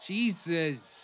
Jesus